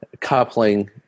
coupling